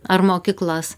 ar mokyklas